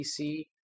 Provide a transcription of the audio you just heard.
pc